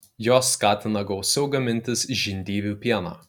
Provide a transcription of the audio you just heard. jos skatina gausiau gamintis žindyvių pieną